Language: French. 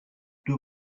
deux